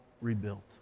rebuilt